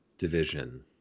division